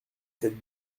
cette